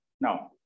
Now